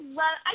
love